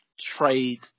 trade